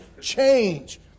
change